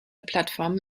plattformen